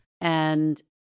and-